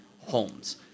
homes